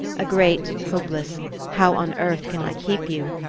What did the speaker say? a great hopeless how on earth can i keep you?